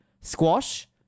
squash